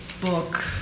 book